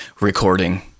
recording